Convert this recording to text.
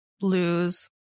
lose